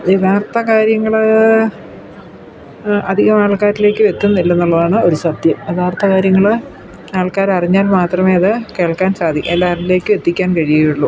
യഥാർത്ഥ കാര്യങ്ങൾ അധികം ആൾക്കാരിലേക്ക് എത്തുന്നില്ല എന്നുള്ളതാണ് ഒരു സത്യം യഥാർത്ഥ കാര്യങ്ങൾ ആൾക്കാർ അറിഞ്ഞാൽ മാത്രമേ അത് കേൾക്കാൻ സാധിക്കൂ എല്ലാവരിലേക്കും എത്തിക്കാൻ കഴിയുകയുള്ളൂ